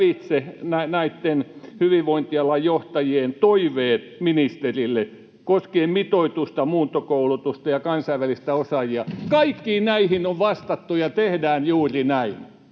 lävitse hyvinvointialan johtajien toiveet ministerille koskien mitoitusta, muuntokoulutusta ja kansainvälisiä osaajia. Kaikkiin näihin on vastattu, ja tehdään juuri näin.